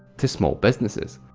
to small businesses.